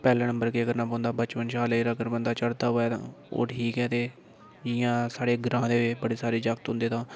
पैह्ला नंबर केह् करना पौंदा बचपन च ऐल्लै तगर बन्दा चढ़दा होऐ तां ओह् ठीक ऐ ते जि'यां साढ़े ग्रांऽ दे बड़े सारे जागत् होंदे तां